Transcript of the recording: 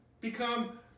become